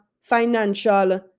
financial